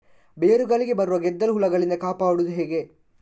ಬೇರುಗಳಿಗೆ ಬರುವ ಗೆದ್ದಲು ಹುಳಗಳಿಂದ ಕಾಪಾಡುವುದು ಹೇಗೆ?